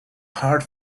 heart